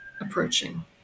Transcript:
approaching